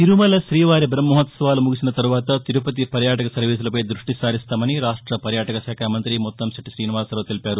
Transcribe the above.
తిరుమల శ్రీవారి బహ్మోత్సవాలు ముగిసిన తర్వాత తిరుపతి పర్యాటక సర్వీసులపై దృష్టి సారిస్తామని రాష్ట్ష పర్యాటకశాఖ మంత్రి ముత్తంశెట్లి శ్రీనివాసరావు తెలిపారు